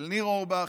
של ניר אורבך,